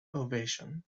ovation